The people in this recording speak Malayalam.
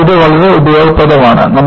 അതിനാൽ ഇത് വളരെ ഉപയോഗപ്രദമാണ്